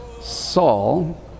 Saul